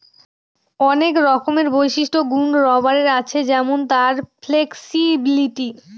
অনেক রকমের বিশিষ্ট গুন রাবারের আছে যেমন তার ফ্লেক্সিবিলিটি